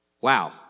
Wow